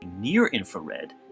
near-infrared